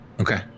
Okay